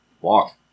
walk